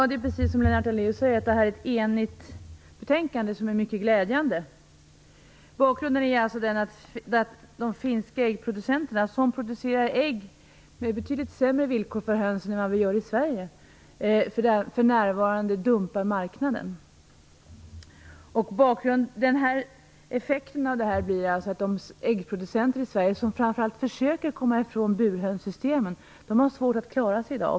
Herr talman! Som Lennart Daléus sade har vi ett enigt betänkande, vilket är mycket glädjande. Bakgrunden är alltså den att de finska äggproducenterna, som producerar ägg under betydligt sämre villkor för hönsen än vad vi gör i Sverige, för närvarande dumpar marknaden. Effekten av detta blir att framför allt de äggproducenter i Sverige som försöker att komma ifrån burhönssystemen har svårt att klara sig i dag.